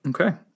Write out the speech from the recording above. Okay